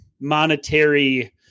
monetary